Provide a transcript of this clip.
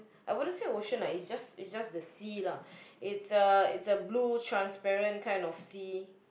I wouldn't say ocean lah it's just it's just the sea lah it's a it's a blue transparent kind of sea